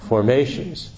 Formations